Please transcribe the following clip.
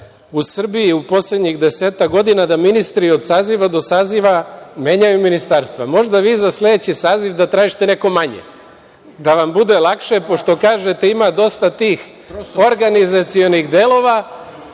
u Srbiji u poslednjih desetak godina da ministri od saziva do saziva menjaju ministarstva. Možda vi za sledeći saziv da tražite neko manje, da vam bude lakše, pošto kažete – ima dosta tih organizacionih delova